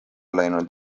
läinud